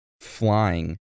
flying